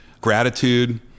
Gratitude